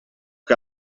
che